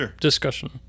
discussion